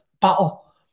battle